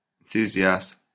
enthusiast